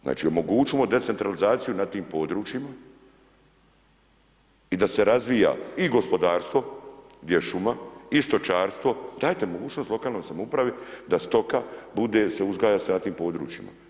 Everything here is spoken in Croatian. Znači omogućimo decentralizaciju na tim područjima, i da se razvija i gospodarstvo, gdje je šuma i stočarstvo, dajte mogućnost lokalnoj samoupravi da stoka, bude se uzgaja se na tim područjima.